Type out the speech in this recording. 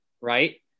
right